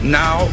now